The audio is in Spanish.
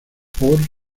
por